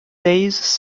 days